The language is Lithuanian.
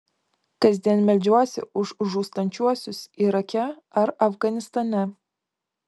kasdien meldžiuosi už žūstančiuosius irake ar afganistane